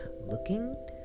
looking